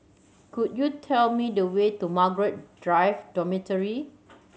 could you tell me the way to Margaret Drive Dormitory